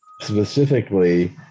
specifically